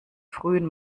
frühen